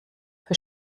für